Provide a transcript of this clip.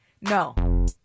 No